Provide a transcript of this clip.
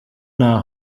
nta